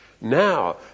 now